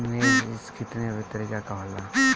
निवेस केतना तरीका के होला?